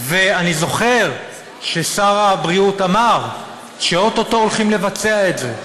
ואני זוכר ששר הבריאות אמר שאו-טו-טו הולכים לבצע את זה.